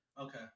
Okay